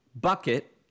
bucket